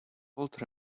bold